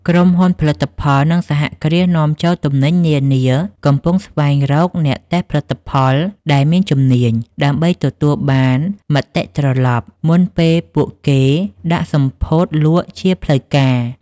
ក្រុមហ៊ុនផលិតផល និងសហគ្រាសនាំចូលទំនិញនានាកំពុងស្វែងរកអ្នកតេស្តផលិតផលដែលមានជំនាញ ដើម្បីទទួលបានមតិត្រឡប់ មុនពេលពួកគេដាក់សម្ពោធលក់ជាផ្លូវការ។